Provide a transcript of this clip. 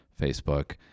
Facebook